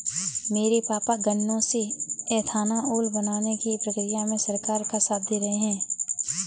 मेरे पापा गन्नों से एथानाओल बनाने की प्रक्रिया में सरकार का साथ दे रहे हैं